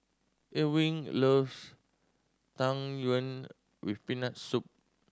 Ewing loves Tang Yuen with Peanut Soup